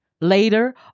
later